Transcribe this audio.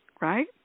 right